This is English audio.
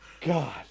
god